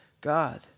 God